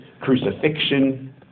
crucifixion